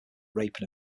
rape